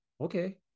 okay